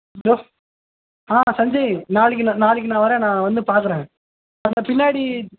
hello ஆ சஞ்ஜய் நாளைக்கு நான் நாளைக்கு நான் வரேன் நான் வந்து பார்க்குறேன் அந்த பின்னாடி